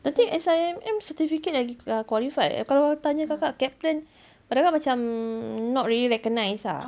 tapi S_I_M_M certificate lagi ah qualified kalau tanya kakak Kaplan pada kakak macam not really recognised ah